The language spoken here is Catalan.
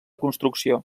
construcció